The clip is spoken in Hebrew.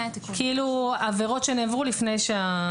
עבירות שנעברו לפני כן.